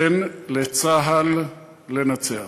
תן לצה"ל לנצח.